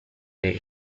date